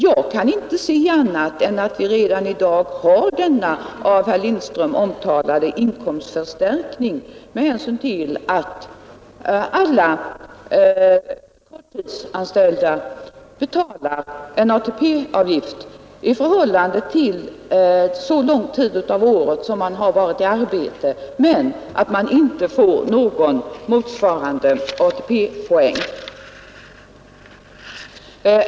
Jag kan inte se annat än att vi redan i dag har denna av herr Lindström omtalade inkomstförstärkning med hänsyn till att alla korttidsanställda betalar in ATP-avgift i förhållande till den del av året som man har varit i arbete men utan att man får en motsvarande ATP-poäng.